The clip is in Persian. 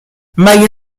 مگه